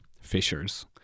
fishers